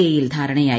A യിൽ ധാരണയായി